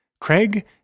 Craig